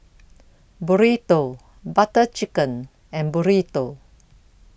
Burrito Butter Chicken and Burrito